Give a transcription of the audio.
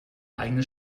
eigene